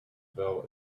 fell